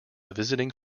visiting